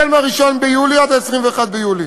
מ-1 ביולי עד 21 ביולי.